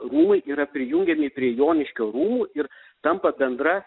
rūmai yra prijungiami prie joniškio rūmų ir tampa bendra